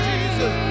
Jesus